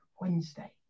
Wednesday